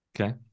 Okay